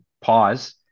pause